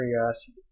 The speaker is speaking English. curiosity